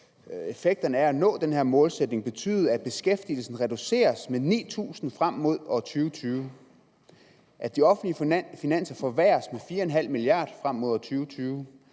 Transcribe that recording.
effekten af at nå denne målsætning betyde, at beskæftigelsen reduceres med 9.000 frem mod år 2020, og at de offentlige finanser forværres med 4,5 mia. kr. frem mod år 2020.